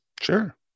Sure